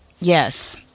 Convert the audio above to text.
Yes